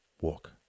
walk